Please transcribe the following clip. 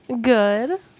Good